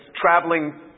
traveling